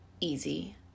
easy